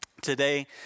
Today